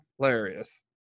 Hilarious